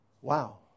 Wow